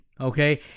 Okay